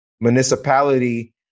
municipality